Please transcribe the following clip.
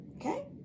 Okay